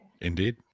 Indeed